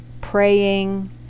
praying